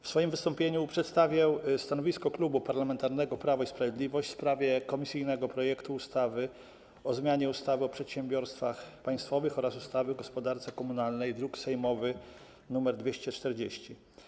W swoim wystąpieniu przedstawię stanowisko Klubu Parlamentarnego Prawo i Sprawiedliwość w sprawie komisyjnego projektu ustawy o zmianie ustawy o przedsiębiorstwach państwowych oraz ustawy o gospodarce komunalnej, druk sejmowy nr 240.